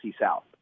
South